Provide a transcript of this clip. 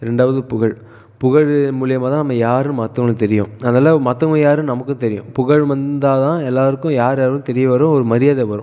இரண்டாவது புகழ் புகழ் மூலிமா தான் நம்ம யாருன்னு மற்றவங்களுக்கு தெரியும் அதனால் மற்றவங்க யாருன்னு நமக்கு தெரியும் புகழ் வந்தால் தான் எல்லோருக்கும் யார் யாருன்னு தெரிய வரும் மரியாதை வரும்